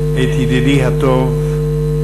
את ידידי הטוב,